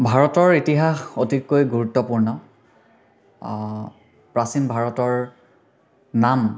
ভাৰতৰ ইতিহাস অতিকৈ গুৰুত্বপূৰ্ণ অঁ প্ৰাচীন ভাৰতৰ নাম